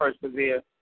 persevere